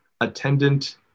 attendant